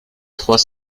trois